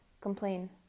complain